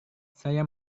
saya